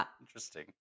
interesting